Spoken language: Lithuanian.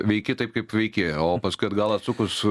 veiki taip kaip veiki o paskui atgal atsukus